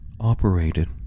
operated